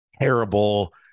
terrible